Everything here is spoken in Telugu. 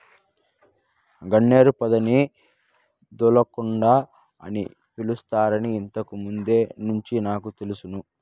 గన్నేరు పొదని దూలగుండ అని పిలుస్తారని ఇంతకు ముందు నుంచే నాకు తెలుసును